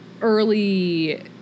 early